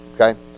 okay